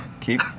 keep